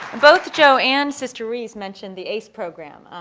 both joe and sister ruiz mentioned the ace program.